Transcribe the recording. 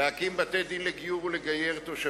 להקים בתי-דין לגיור ולגייר תושבים.